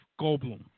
Goldblum